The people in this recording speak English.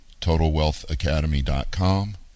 TotalWealthAcademy.com